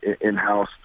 in-house